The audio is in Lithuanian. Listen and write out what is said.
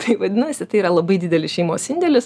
tai vadinasi tai yra labai didelis šeimos indėlis